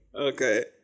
Okay